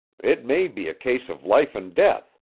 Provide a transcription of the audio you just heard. it may be a case of life and death,